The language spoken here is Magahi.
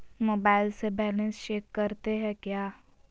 मोबाइल से बैलेंस चेक करते हैं क्या?